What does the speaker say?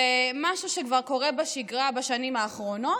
זה משהו שכבר קורה בשגרה בשנים האחרונות,